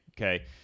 okay